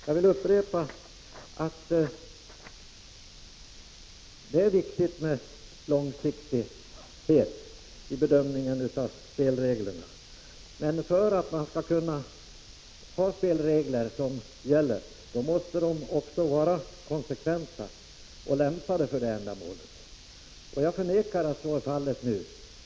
Jag vill upprepa att det är viktigt med långsiktighet i bedömningen av spelreglerna, men spelreglerna måste vara konsekventa och lämpade för ändamålet. Jag förnekar att så är fallet nu.